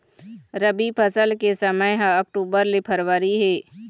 रबी फसल के समय ह अक्टूबर ले फरवरी हे